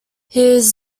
his